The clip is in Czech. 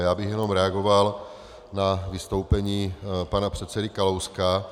Jen bych reagoval na vystoupení pana předsedy Kalouska.